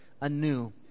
anew